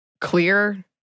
clear